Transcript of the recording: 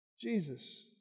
Jesus